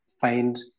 find